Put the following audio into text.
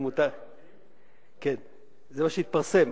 כן, זה מה שהתפרסם.